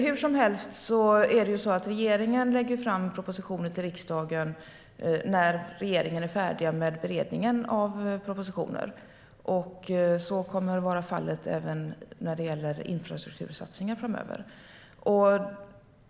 Hur som helst lägger regeringen fram propositioner till riksdagen när regeringen är färdig med beredningen av propositioner. Så kommer att vara fallet även när det gäller infrastruktursatsningar framöver.